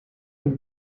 une